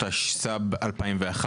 התשס"ב-2001,